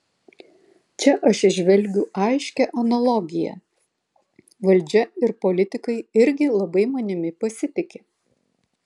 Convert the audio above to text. čia aš įžvelgiu aiškią analogiją valdžia ir politikai irgi labai manimi pasitiki